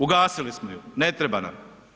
Ugasili smo ju, ne treba nam.